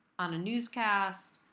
on a newscast,